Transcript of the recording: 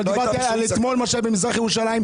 אבל דיברתי על מה שהיה אתמול במזרח ירושלים.